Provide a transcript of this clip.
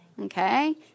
okay